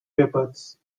papers